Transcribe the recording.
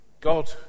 God